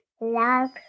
love